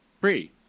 free